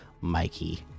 MIKEY